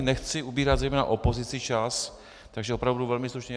Nechci ubírat zejména opozici čas, takže opravdu velmi stručně.